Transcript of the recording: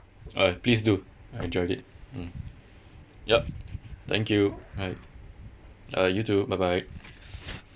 alright please do I enjoyed it mm yup thank you alright alright you too bye bye